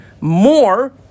more